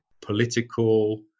political